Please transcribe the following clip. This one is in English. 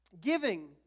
giving